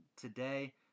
today